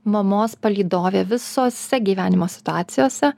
mamos palydovė visose gyvenimo situacijose